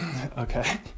Okay